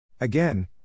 Again